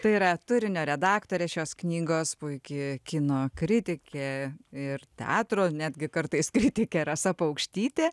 tai yra turinio redaktorė šios knygos puiki kino kritikė ir teatro netgi kartais kritikė rasa paukštytė